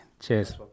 Cheers